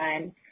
Okay